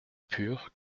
pur